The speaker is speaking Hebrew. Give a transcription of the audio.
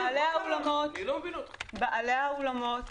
בעלי האולמות